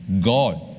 God